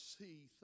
see